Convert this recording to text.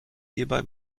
hierbei